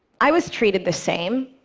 i was treated the same,